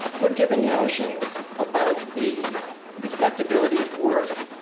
we're given notions about the respectibility of work.